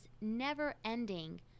never-ending